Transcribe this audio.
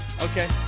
Okay